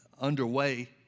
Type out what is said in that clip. underway